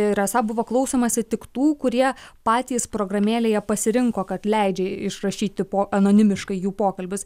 ir esą buvo klausomasi tik tų kurie patys programėlėje pasirinko kad leidžia išrašyti po anonimiškai jų pokalbius